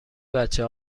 بچه